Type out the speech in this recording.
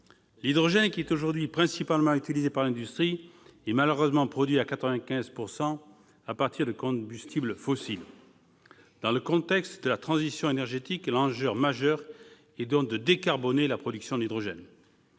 L'hydrogène, qui est aujourd'hui principalement utilisé par l'industrie, est malheureusement produit à 95 % à partir de combustibles fossiles. Dans le contexte de la transition énergétique, l'enjeu majeur est donc de décarboner la production de l'hydrogène.